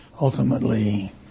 ultimately